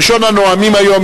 ראשון הנואמים היום,